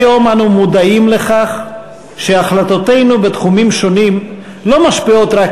כיום אנו מודעים לכך שהחלטותינו בתחומים שונים לא משפיעות רק